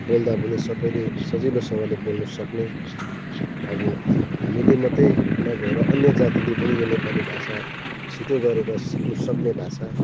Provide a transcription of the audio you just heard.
बोल्दा पनि सबैले सजिलोसँगले बोल्न सक्ने अब हामीले मात्रै नभएर अन्य जातिले पनि यो नेपाली भाषा छिटो गरेर सिक्नु सक्ने भाषा